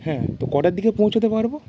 হ্যাঁ তো কটার দিকে পৌঁছতে পারব